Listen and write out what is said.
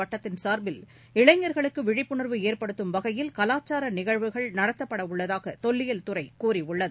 வட்டத்தின் சார்பில் இளைஞர்களுக்கு விழிப்புனர்வு ஏற்படுத்தும் வகையில் கலாச்சார நிகழ்ச்சிகள் நடத்தப்படவுள்ளதாக தொல்லியல் துறை கூறியுள்ளது